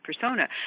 persona